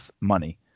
money